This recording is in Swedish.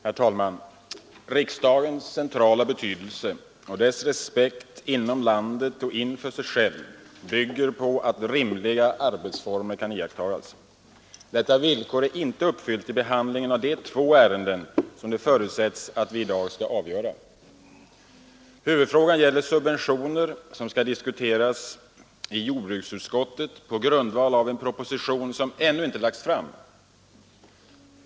Herr talman! Riksdagens centrala betydelse och dess respekt inom landet och inför sig själv bygger på att rimliga arbetsformer kan iakttagas. Detta villkor är inte uppfyllt i behandlingen av de två ärenden som det förutsätts att vi i dag skall avgöra. Huvudfrågan gäller subventioner som skall diskuteras i jordbruksutskottet på grundval av en proposition som ännu inte lagts fram.